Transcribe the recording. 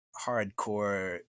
hardcore